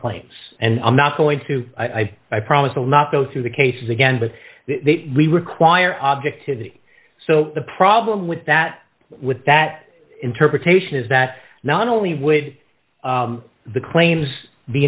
claims and i'm not going to i promise i'll not go through the cases again but we require objectivity so the problem with that with that interpretation is that not only would the claims